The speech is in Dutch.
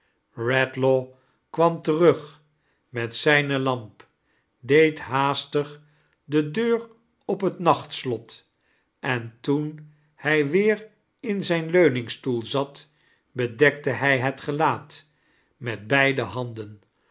eedlaw kwam terug met zijne lamp deed haastig de deur op het nachtslot en toen hij weer in zijn leuningstoel zat bedekte hij het gelaat met beide handen